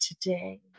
today